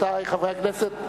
רבותי חברי הכנסת,